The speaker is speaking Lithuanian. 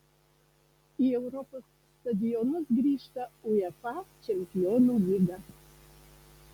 į europos stadionus grįžta uefa čempionų lyga